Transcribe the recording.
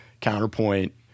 counterpoint